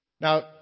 Now